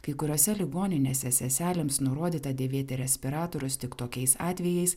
kai kuriose ligoninėse seselėms nurodyta dėvėti respiratorius tik tokiais atvejais